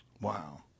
Wow